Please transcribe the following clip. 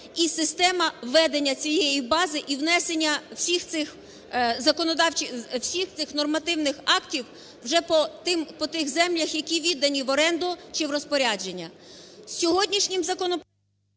і система ведення цієї бази і внесення всіх цих законодавчих… всіх цих нормативних актів вже по тих землях, які віддані в оренду чи в розпорядження.